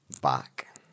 back